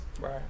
Right